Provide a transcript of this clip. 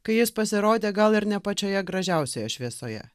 kai jis pasirodė gal ir ne pačioje gražiausioje šviesoje